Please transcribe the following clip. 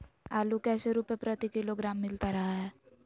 आलू कैसे रुपए प्रति किलोग्राम मिलता रहा है?